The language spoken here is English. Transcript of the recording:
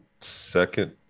second